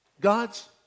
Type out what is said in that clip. gods